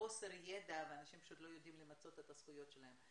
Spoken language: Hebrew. חוסר ידע ואנשים פשוט לא יודעים למצות את הזכויות שלהם.